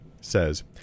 Says